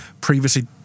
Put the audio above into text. previously